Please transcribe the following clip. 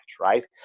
right